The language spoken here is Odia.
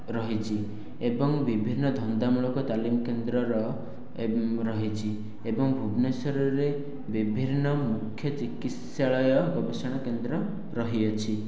ରହିଛି ଏବଂ ବିଭିନ୍ନ ଧନ୍ଦାମୂଳକ ତାଲିମ କେନ୍ଦ୍ରର ରହିଛି ଏବଂ ଭୁବନେଶ୍ୱରରେ ବିଭିନ୍ନ ମୁଖ୍ୟ ଚିକିତ୍ସାଳୟ ଗବେଷଣା କେନ୍ଦ୍ର ରହିଅଛି